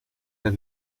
las